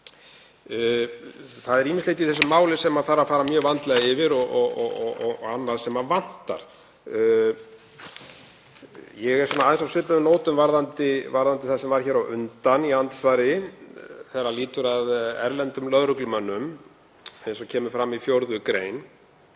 Það er ýmislegt í þessu máli sem þarf að fara mjög vandlega yfir og annað sem vantar. Ég er aðeins á svipuðum nótum varðandi það sem var hér á undan í andsvari og lýtur að erlendum lögreglumönnum, eins og kemur fram í 4. gr.